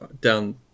down